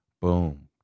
Boom